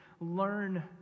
learn